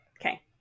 okay